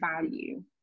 value